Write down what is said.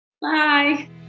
Bye